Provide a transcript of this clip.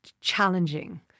challenging